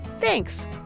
thanks